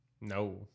No